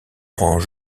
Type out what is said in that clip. franc